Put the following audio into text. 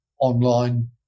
online